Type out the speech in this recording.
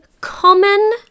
common